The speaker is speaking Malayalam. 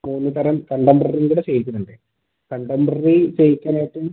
മൂന്ന് തരം കണ്ടപ്ററിയും കൂടെ ചെയ്യിക്കുന്നുണ്ട് കണ്ടപ്ററി ചെയ്യിക്കാനായിട്ട്